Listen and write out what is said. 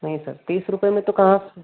नहीं सर तीस रुपये में तो कहाँ से